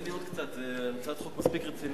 תן לי עוד קצת, זו הצעת חוק מספיק רצינית.